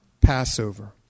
Passover